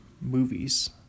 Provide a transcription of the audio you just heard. movies